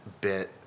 bit